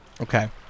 Okay